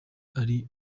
ari